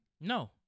No